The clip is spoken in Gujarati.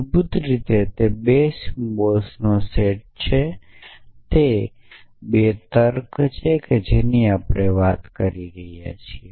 મૂળભૂત રીતે તે 2 સિમ્બલ્સનો સેટ છે તે 2 તર્ક છે જેની આપણે વાત કરી રહ્યા છીએ